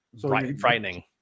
Frightening